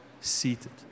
seated